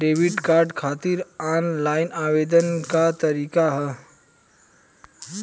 Debit card खातिर online आवेदन के का तरीकि ह?